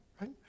right